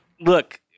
look